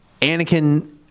Anakin